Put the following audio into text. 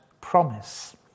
promise